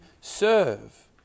serve